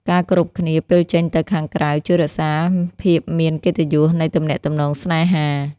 ការគោរពគ្នាពេលចេញទៅខាងក្រៅ ជួយរក្សាភាពមានកិត្តិយសនៃទំនាក់ទំនងស្នេហា។